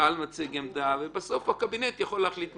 צה"ל מציג עמדה ובסוף הקבינט יכול להחליט את